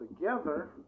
together